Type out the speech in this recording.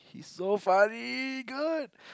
he's so funny good